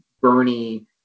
Bernie